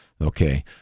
okay